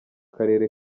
karere